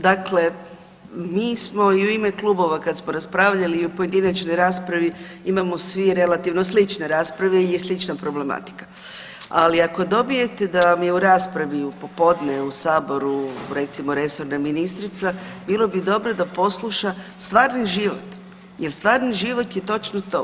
Dakle, mi smo i u ime klubova kada smo raspravljali i u pojedinačnoj raspravi imamo svi relativno slične rasprave jer je slična problematika, ali ako dobijete da vam je u raspravi u popodne u Saboru recimo resorna ministrica, bilo bi dobro da posluša stvarni život jer stvarni život je točno to.